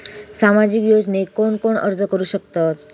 सामाजिक योजनेक कोण कोण अर्ज करू शकतत?